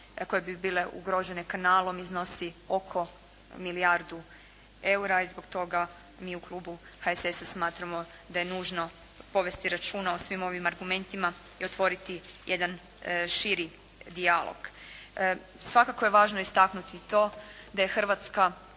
koje bi bile ugrožene kanalom iznosi oko milijardu eura i zbog toga mi u Klubu HSS-a smatramo da je nužno povesti računa o svim ovim argumentima i otvoriti jedan širi dijalog. Svakako je važno istaknuti i to da je Hrvatska